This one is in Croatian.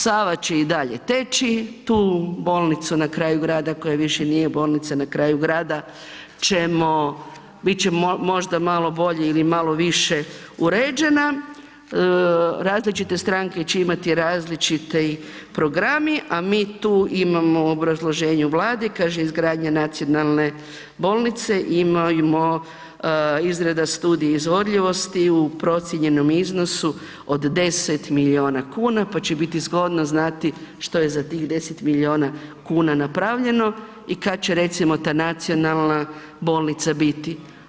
Sava će i dalje teći, tu bolnicu na kraju grada koja više nije bolnica na kraju grada ćemo, biti će možda malo bolje ili malo više uređena, različite stranke će imati različite programe a mi tu imamo u obrazloženju Vlade, kaže izgradnja nacionalne bolnice, imamo izrada studija izvodljivosti u procijenjenom iznosu od 10 milijuna kuna pa će biti zgodno znati što je za tih 10 milijuna kuna napravljeno i kada će recimo ta nacionalna bolnica biti.